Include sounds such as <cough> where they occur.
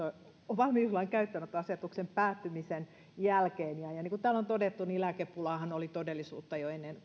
valmiuslain käyttöönottoasetuksen päättymisen jälkeen niin kuin täällä on todettu lääkepulahan oli todellisuutta jo ennen <unintelligible>